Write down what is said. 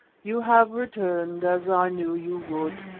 you have returned, as i knew you would,